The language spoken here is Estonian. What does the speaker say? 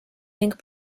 ning